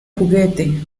juguete